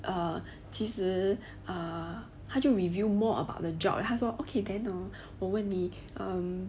err 其实 err 他就 reveal more about the job 他说 okay then 我问你 err